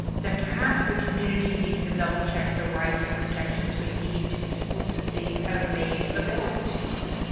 then perhaps the community needs to double check the rights and protections we need to explicitly have made available to us.